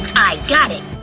i got it!